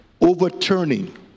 overturning